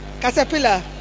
Caterpillar